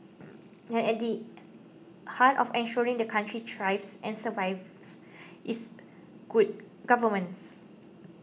and at the heart of ensuring the country thrives and survives is good governance